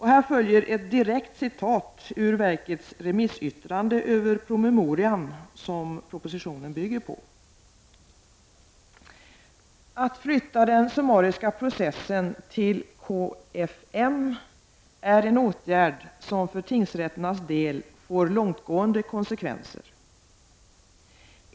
Här följer ett direkt citat ur verkets remissyttrande över promemorian som propositionen bygger på: ”Att flytta den summariska processen till KFM är en åtgärd som för tingsrättens del får långtgående konsekvenser.